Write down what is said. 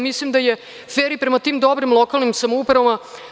Mislim da je fer i prema tim dobrim lokalnim samoupravama.